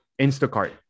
Instacart